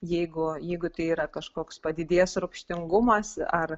jeigu jeigu tai yra kažkoks padidėjęs rūgštingumas ar